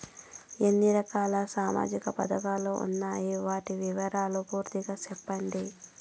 ఎన్ని రకాల సామాజిక పథకాలు ఉండాయి? వాటి వివరాలు పూర్తిగా సెప్పండి?